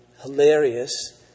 hilarious